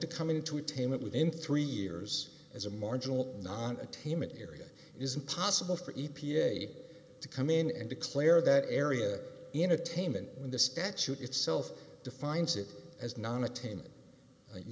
to come into attainment within three years as a marginal non ataman area isn't possible for e p a to come in and declare that area entertainment when the statute itself defines it as